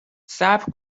صبر